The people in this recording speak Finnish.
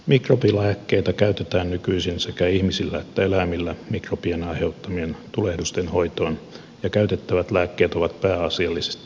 mikrobilääkkeitä käytetään nykyisin mikro bien aiheuttamien tulehdusten hoitoon ja käytettävät lääkkeet ovat pääasiallisesti samoja sekä ihmisillä että eläimillä